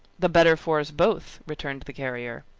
the better for us both, returned the carrier.